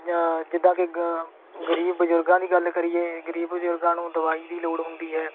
ਜਾਂ ਜਿੱਦਾਂ ਕਿ ਗ ਗਰੀਬ ਬਜ਼ੁਰਗਾਂ ਦੀ ਗੱਲ ਕਰੀਏ ਗਰੀਬ ਬਜ਼ੁਰਗਾਂ ਨੂੰ ਦਵਾਈ ਦੀ ਲੋੜ ਹੁੰਦੀ ਹੈ